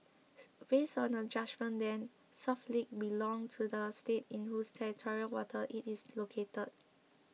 based on the judgement then South Ledge belonged to the state in whose territorial waters it is located